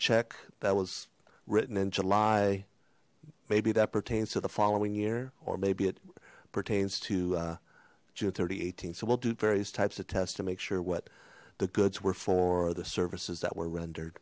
check that was written in july maybe that pertains to the following year or maybe it pertains to june thirty eighteen so we'll do various types of tests to make sure what the goods were for the services that were rendered